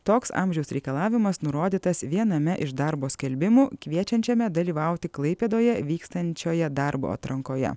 toks amžiaus reikalavimas nurodytas viename iš darbo skelbimų kviečiančiame dalyvauti klaipėdoje vykstančioje darbo atrankoje